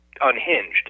unhinged